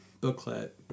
booklet